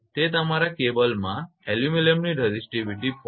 તે તમારા કેબલમાં એલ્યુમિનિયમની રેઝિસ્ટિવિટી 0